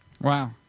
Wow